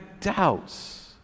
doubts